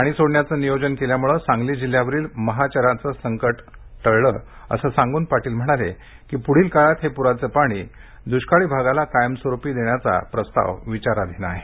पाणी सोडण्याचं नियोजन केल्यामुळे सांगली जिल्ह्यावरील महाचंराचे संकट टळलं असं सांगून पाटील म्हणाले की पुढील काळात हे पुराचं पाणी दृष्काळी भागाला कायम स्वरूपी देण्याचा प्रस्ताव विचाराधीन आहे